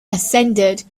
ascended